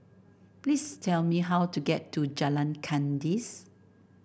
please tell me how to get to Jalan Kandis